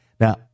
Now